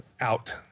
out